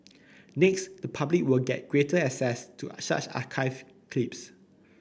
next the public will get greater access to archived clips